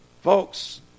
Folks